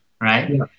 right